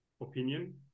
opinion